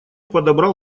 подобрал